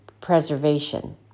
preservation